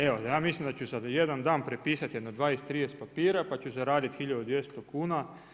Evo ja mislim da ću sad jedan dan prepisati jedno 20, 30 papira pa ću zaraditi 1200 kuna.